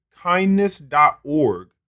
kindness.org